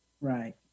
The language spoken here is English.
Right